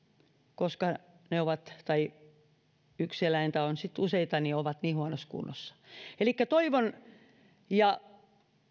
koska se tai ne jos niitä on useita on niin huonossa kunnossa elikkä toivon ja